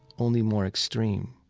only more extreme,